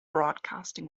broadcasting